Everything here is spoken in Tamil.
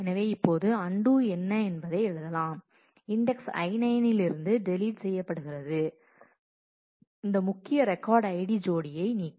எனவே இப்போது அன்டூ என்ன என்பதை எழுதலாம் இன்டெக்ஸ் I9 இலிருந்து டெலிட் செய்யப்படுகிறது இந்த முக்கிய ரெக்கார்ட் ID ஜோடியை நீக்க